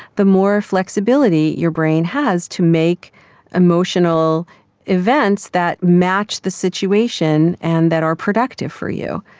the more flexibility your brain has to make emotional events that match the situation and that are productive for you.